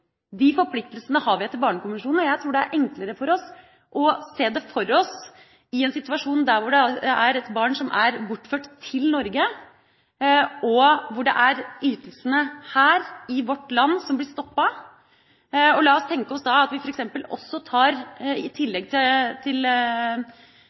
De forpliktelsene har vi etter Barnekonvensjonen. Jeg tror det er enklere å se det for oss i en situasjon der det er et barn som er bortført til Norge, og hvor det er ytelsene her i vårt land som blir stoppet. La oss tenke oss da at vi f.eks. også, i tillegg til